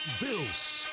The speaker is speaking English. Bills